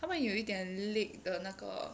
他们有一点 leak 的那个